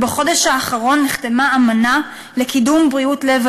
ובחודש האחרון נחתמה האמנה לקידום בריאות לב